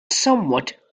somewhat